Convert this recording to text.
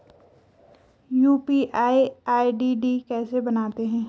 UPI ID कैसे बनाते हैं?